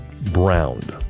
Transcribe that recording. browned